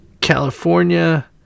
California